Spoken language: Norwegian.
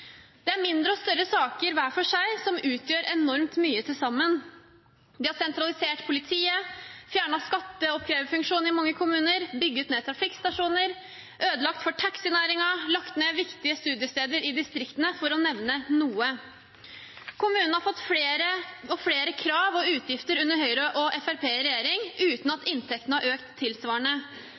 Det er mindre og større saker hver for seg som utgjør enormt mye til sammen. De har sentralisert politiet, fjernet skatteoppkreverfunksjonen i mange kommuner, bygd ned trafikkstasjoner, ødelagt for taxinæringen og lagt ned viktige studiesteder i distriktene – for å nevne noe. Kommunene har fått flere og flere krav og utgifter under Høyre og Fremskrittspartiet i regjering uten at inntektene har økt tilsvarende.